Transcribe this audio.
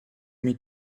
mit